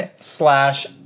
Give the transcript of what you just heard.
slash